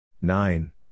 nine